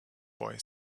boy